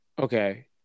Okay